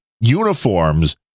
uniforms